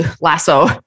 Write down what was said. Lasso